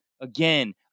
Again